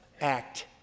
Act